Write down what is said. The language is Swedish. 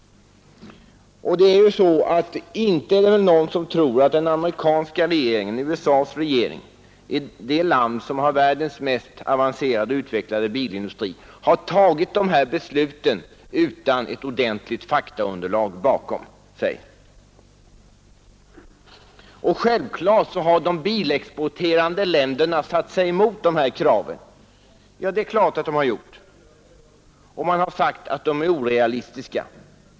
Ingen tror väl att regeringen i USA, det land som har världens mest avancerade och utvecklade bilindustri, har tagit det här beslutet utan ett ordentligt faktaunderlag. De bilexporterande länderna har satt sig emot kraven och sagt att de är orealistiska.